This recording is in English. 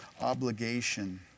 obligation